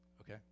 okay